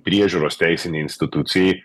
priežiūros teisinei institucijai